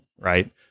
Right